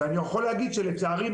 לצערי,